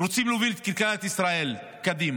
רוצים להוביל את כלכלת ישראל קדימה.